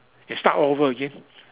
and start all over again